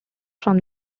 from